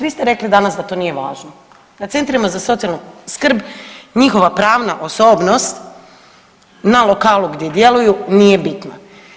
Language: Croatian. Vi st rekli danas da to nije važno, da centrima za socijalnu skrb njihova pravna osobnost na lokalu gdje djeluju nije bitno.